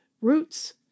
roots